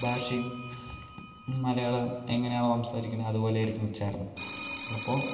ഭാഷയും മലയാളം എങ്ങനെയാണോ സംസാരിക്കുന്നത് അതുപോലെയായിരിക്കും ഉച്ചാരണം ചിലപ്പോൾ